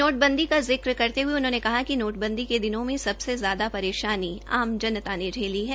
नोटबंदी का जिक्र करते हये उन्होंने कहा कि नोटबंदी के दिनों में सबसे ज्यादा परेशानी आम जनता ने झेली है